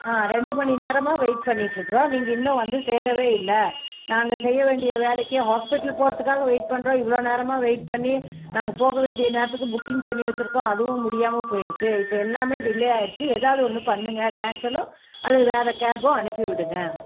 ரெண்டு மணி நேரமாக வெயிட் பண்ணிக்கிட்டு இருக்கிறோம் நீங்கள் இன்னும் வந்து சேரவே இல்லை நாங்கள் செய்ய வேண்டிய வேலைக்கு ஹாஸ்பிட்டல் போகிறத்துக்காக வெயிட் பண்ணுறோம் இவ்வளோ நேரமாக வெயிட் பண்ணி நாங்கள் போக வேண்டிய நேரத்துக்கு புக்கிங் பண்ணி வச்சிருக்கோம் அதுவும் முடியாமல் போயிடுத்து இப்போ எல்லாமே டிலே ஆயிடுச்சு எதாவது ஒன்று பண்ணுங்க கேன்சலோ அல்லது வேறே கேபோ அனுப்பிவிடுங்க